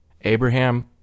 Abraham